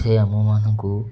ସେ ଆମମାନଙ୍କୁ